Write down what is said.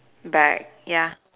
bag ya